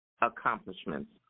accomplishments